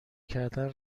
کردن